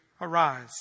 arise